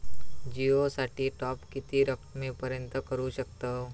जिओ साठी टॉप किती रकमेपर्यंत करू शकतव?